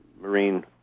Marine